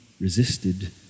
resisted